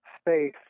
space